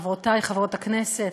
חברותי חברות הכנסת,